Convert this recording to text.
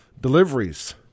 Deliveries